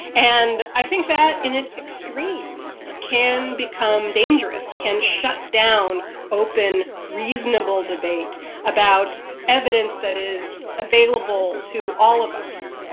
and i think that in its extremes can become dangerous, can shut down open, reasonable debate about evidence that is available to all of us.